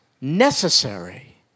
necessary